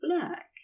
black